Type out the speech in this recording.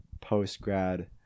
post-grad